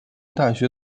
大学